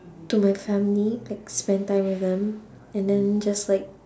to my family like spend time with them and then just like